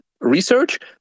research